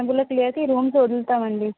అందుల్లోకి వేసి రూమ్స్ వదులుతామండి